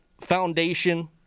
foundation